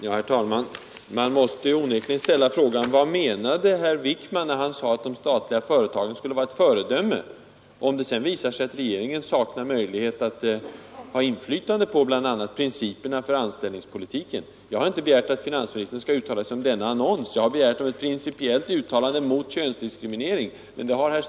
Herr talman! Man måste onekligen ställa frågan: Vad menade herr Wickman när han sade, att de statliga företagen skall vara ett föredöme, om det sedan visar sig att regeringen saknar möjlighet att öva inflytande på bl.a. principerna för anställningspolitiken? Jag har inte begärt att finansministern skall uttala sig om denna annons — jag har begärt ett principiellt uttalande mot könsdiskrimineringen.